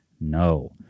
No